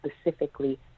specifically